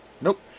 nope